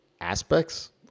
aspects